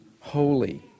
holy